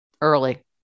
early